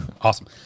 Awesome